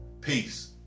Peace